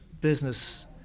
business